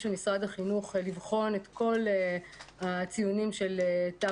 של משרד החינוך על מנת לבחון את כל ציוני תש"ף.